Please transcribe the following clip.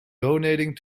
donating